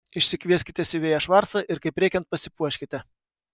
išsikvieskite siuvėją švarcą ir kaip reikiant pasipuoškite